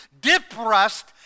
depressed